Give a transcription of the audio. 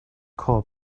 call